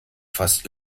fast